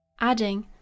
adding